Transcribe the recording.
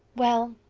well,